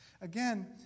Again